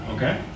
Okay